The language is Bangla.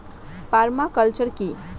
পার্মা কালচার কি?